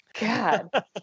God